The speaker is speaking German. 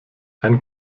ein